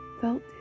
felt